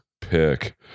Pick